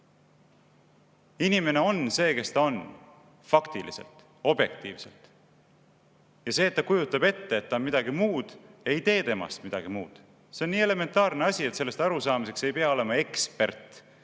Inimene on see, kes ta on. Faktiliselt. Objektiivselt. Ja see, et ta kujutab ette, et ta on midagi muud, ei tee temast midagi muud. See on nii elementaarne asi, et sellest arusaamiseks ei pea olema ekspert